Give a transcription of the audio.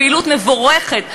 פעילות מבורכת,